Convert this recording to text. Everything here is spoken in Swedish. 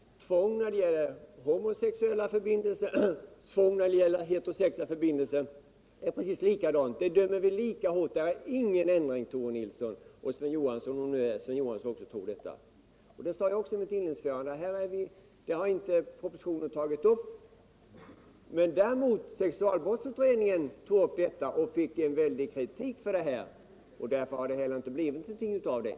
Det gäller både homosexuellt tvång och heterosexuellt tvång. Tvånget bedöms lika hårt, och där är det alltså ingen ändring, Tore Nilsson och även Sven Johansson, om nu han har samma uppfattning som Tore Nilsson. Det sade jag också i mitt inledningsanförande. Propositionen har heller inte tagit upp detta. Det gjorde däremot sexualbrottsutredningen, men den fick ju också en svidande kritik på detta avsnitt.